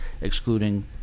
excluding